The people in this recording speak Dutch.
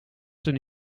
zijn